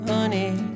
Honey